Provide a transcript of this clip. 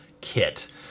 kit